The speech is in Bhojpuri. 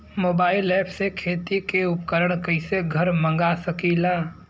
मोबाइल ऐपसे खेती के उपकरण कइसे घर मगा सकीला?